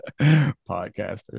Podcasters